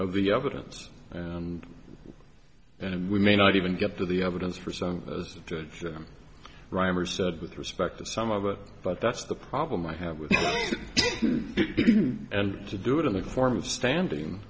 of the evidence and and we may not even get to the evidence for some as jim said with respect to some of it but that's the problem i have with you and to do it in the form of standing